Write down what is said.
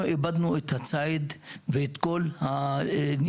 איבדנו את הציד ואת כל הגישה של הציד.